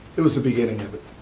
it was the beginning of it.